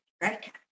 right